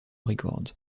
records